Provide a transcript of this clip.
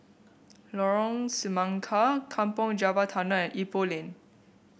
Lorong Semangka Kampong Java Tunnel and Ipoh Lane